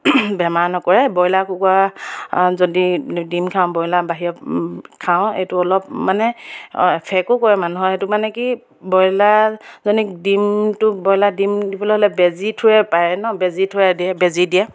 বেমাৰ নকৰে ব্ৰইলাৰ কুকুৰা যদি ডিম খাওঁ ব্ৰইলাৰ বাহিৰত খাওঁ এইটো অলপ মানে এফেকো কৰে মানুহৰ সেইটো মানে কি ব্ৰইলাৰজনীক ডিমটো ব্ৰইলাৰ ডিম দিবলৈ হ'লে বেজি থু'ৱে পাৰে ন বেজি থু'ৰে দিয়ে বেজী দিয়ে